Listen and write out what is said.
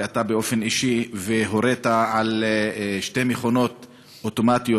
ואתה באופן אישי הורית על שתי מכונות אוטומטיות,